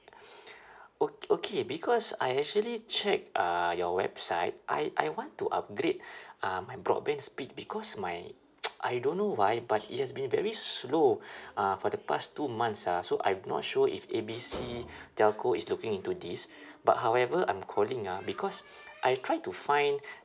ok~ okay because I actually checked uh your website I I want to upgrade uh my broadband speed because my I don't know why but it has been very slow uh for the past two months ah so I'm not sure if A B C telco is looking into this but however I'm calling ah because I try to find